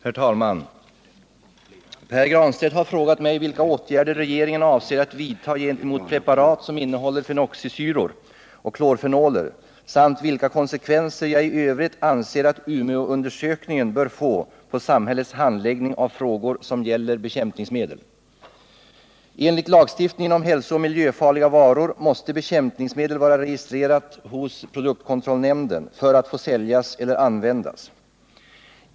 Herr talman! Pär Granstedt har frågat mig vilka åtgärder regeringen avser att vidta gentemot preparat som innehåller fenoxisyror och klorfenoler samt vilka konsekvenser jag i övrigt anser att Umeåundersökningen bör få på samhällets handläggning av frågor som gäller bekämpningsmedel. Enligt lagstiftningen om hälsooch miljöfarliga varor måste bekämpningsmedel vara registrerat hos produktkontrollnämnden för att få säljas eller användas.